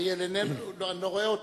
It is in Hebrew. אריאל, אני לא רואה אותו.